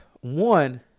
one